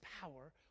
power